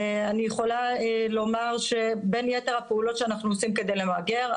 אני יכולה לומר שבין יתר הפעולות שאנחנו עושים כדי למגר,